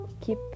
keep